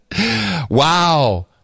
Wow